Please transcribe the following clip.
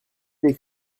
des